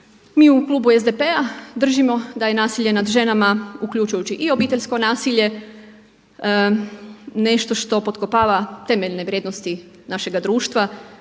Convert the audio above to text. Mi u klubu SDP-a držimo da je nasilje nad ženama uključujući i obiteljsko nasilje nešto što potkopava temeljne vrijednosti našega društva